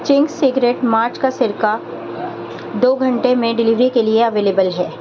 چنگ Secret مرچ کا سرکہ دو گھنٹے میں ڈلیوری کے لیے اویلیبل ہے